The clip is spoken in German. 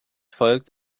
folgt